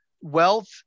wealth